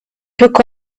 took